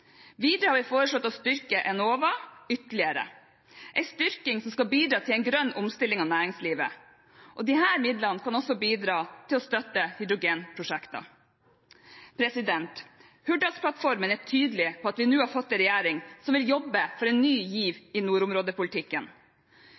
Videre har vi foreslått å styrke Enova ytterligere, en styrking som skal bidra til en grønn omstilling av næringslivet, og disse midlene kan også bidra til å støtte hydrogenprosjekter. Hurdalsplattformen er tydelig på at vi nå har fått en regjering som vil jobbe for en ny giv